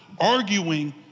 arguing